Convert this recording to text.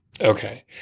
Okay